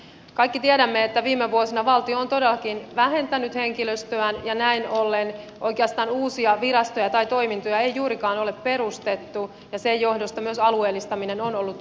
kaikki tiedämme että viime vuosina valtio on todellakin vähentänyt henkilöstöään ja näin ollen oikeastaan uusia virastoja tai toimintoja ei juurikaan ole perustettu ja sen johdosta myös alueellistaminen on ollut vähäisempää